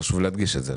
חשוב להדגיש את זה.